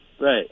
Right